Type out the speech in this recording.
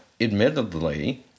Admittedly